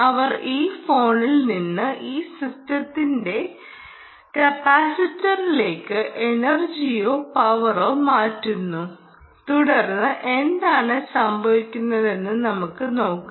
അവർ ഈ ഫോണിൽ നിന്ന് ഈ സിസ്റ്റത്തിന്റെ കപ്പാസിറ്ററിലേക്ക് എനർജിയോ പവറോ മാറ്റുന്നു തുടർന്ന് എന്താണ് സംഭവിക്കുന്നതെന്ന് നമുക്ക് നോക്കാം